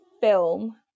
film